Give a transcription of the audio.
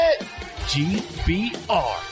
GBR